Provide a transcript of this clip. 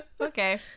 okay